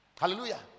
Hallelujah